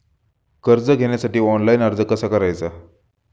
कर्ज घेण्यासाठी ऑनलाइन अर्ज कसा करायचा?